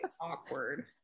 awkward